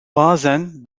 bazen